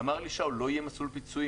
ואמר לי שאול: לא יהיה מסלול פיצויים,